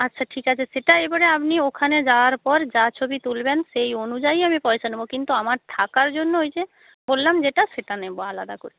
আচ্ছা ঠিক আছে সেটা এবারে আপনি ওখানে যাওয়ার পর যা ছবি তুলবেন সেই অনুযায়ী আমি পয়সা নেব কিন্তু আমার থাকার জন্য ওই যে বললাম যেটা সেটা নেব আলাদা করে